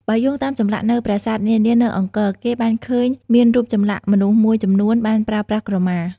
បើយោងតាមចម្លាក់នៅប្រាសាទនានានៅអង្គរ គេបានឃើញមានរូបចម្លាក់មនុស្សមួយចំនួនបានប្រើប្រាស់ក្រមា។